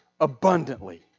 abundantly